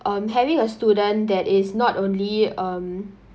um having a student that is not only um